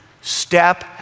step